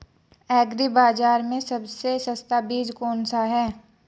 Agree बाज़ार में सबसे सस्ता बीज कौनसा है?